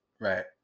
right